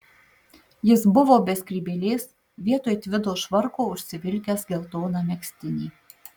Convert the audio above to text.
jis buvo be skrybėlės vietoj tvido švarko užsivilkęs geltoną megztinį